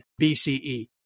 BCE